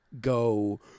go